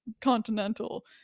continental